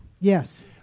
Yes